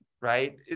right